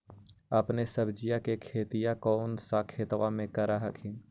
अपने सब्जिया के खेतिया कौन सा खेतबा मे कर हखिन?